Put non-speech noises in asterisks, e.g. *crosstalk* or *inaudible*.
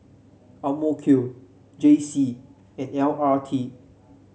*unintelligible* J C and L R T